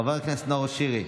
חבר הכנסת נאור שירי,